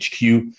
hq